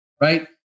Right